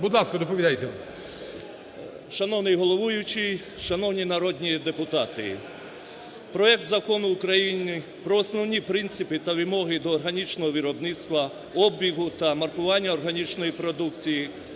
ШЕРЕМЕТА В.В. Шановний головуючий, шановні народні депутати! Проект Закону України про основні принципи та вимоги до органічного виробництва, обігу та маркування органічної продукції